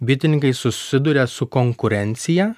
bitininkai susiduria su konkurencija